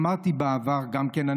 אמרתי בעבר גם כן,